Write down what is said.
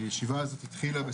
הידיעה שאימו התאבדה עם לידתו.